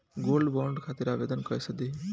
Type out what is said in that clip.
Gold bond खातिर आवेदन कैसे दिही?